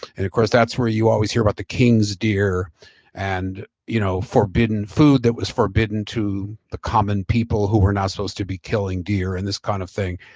and of course that's where you always hear about the king's deer and you know forbidden food that was forbidden to the common people who were not supposed to be killing deer and this kind of thing.